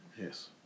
Yes